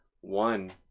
One